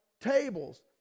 tables